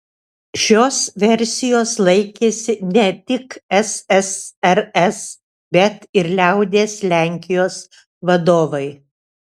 šios versijos laikėsi ne tik ssrs bet ir liaudies lenkijos vadovai